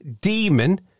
demon